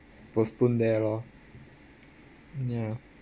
postpone there lor ya